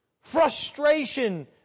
frustration